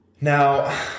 Now